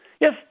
Yes